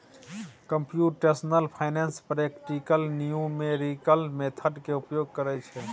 computational finance practical numerical method के उपयोग करइ छइ